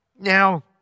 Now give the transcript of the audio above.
Now